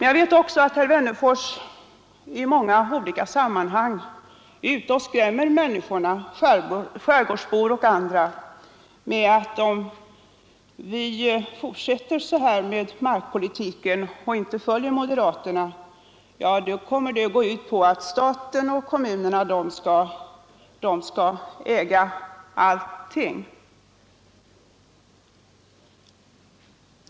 Jag vet också att herr Wennerfors i många olika sammanhang är ute och skrämmer människorna, skärgårdsbor och andra med att om vi fortsätter så här med markpolitiken och inte följer moderaterna kommer det att föra med sig att staten och kommunerna skall äga allting.